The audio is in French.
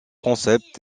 concepts